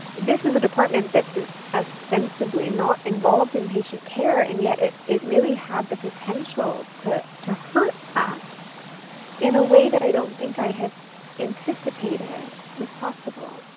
this is a department that's ostensibly not involved in patient care and yet it it really had the potential to to hurt us in a way that i don't think i had anticipated was possible.